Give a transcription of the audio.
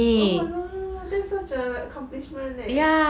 oh my god that's such a accomplishment leh